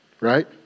Right